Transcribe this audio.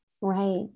Right